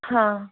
हाँ